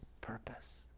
purpose